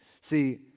See